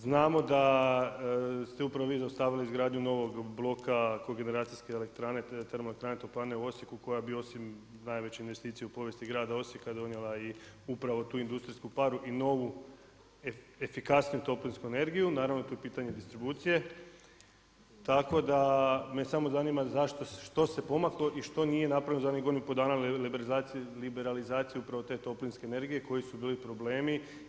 Znamo da ste upravo vi zaustavili izgradnju novog bloka kogeneracijske elektrane TE toplane u Osijeku koja bi osim najveće investicije u povijesti grada Osijeka donijela upravo tu industrijsku paru i novu efikasniju toplinsku energiju, naravno tu je pitanje i distribucije, tako da me samo zanima što se pomaklo i što nije napravljeno za onih godinu i pol dana liberalizacije upravo te toplinske energije koji su bili problemi.